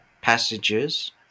passages